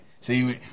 See